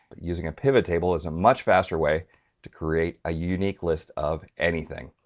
using a pivot table is a much faster way to create a unique list of anything!